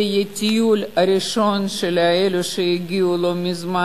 זה יהיה הטיול הראשון של אלו שהגיעו לא מזמן